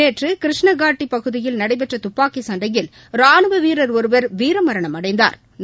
நேற்று கிருஷ்ணகாட்டி பகுதியில் நடைபெற்ற துப்பாக்கி சண்டையில் ரானுவ வீரர் ஒருவர் வீரமரமணம் அடைந்தாா்